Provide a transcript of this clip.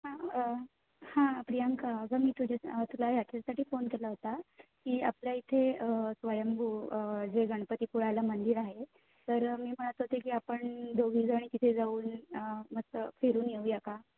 हां हां प्रियांका अगं मी तुझ्या तुला ह्याच्यासाठी फोन केला होता की आपल्या इथे स्वयंभू जे गणपतीपुळ्याला मंदिर आहे तर मी म्हणत होते की आपण दोघीजणी तिथे जाऊन मस्त फिरून येऊ या का